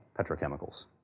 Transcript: petrochemicals